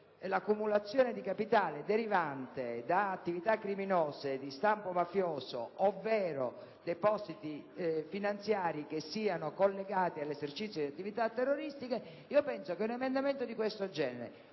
l'accumulazione di capitale derivante da attività criminose di stampo mafioso, ovvero depositi finanziari che siano collegati all'esercizio di attività terroristiche. Penso che un emendamento di questo genere,